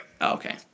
Okay